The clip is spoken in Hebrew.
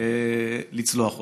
לצלוח אותה.